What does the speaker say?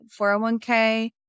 401k